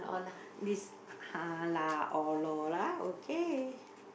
this ha lah orh lor lah okay